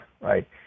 right